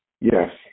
Yes